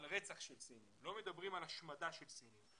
רצח של סינים ולא מדברים על השמדה של סינים.